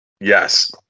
Yes